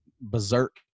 berserk